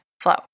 Flow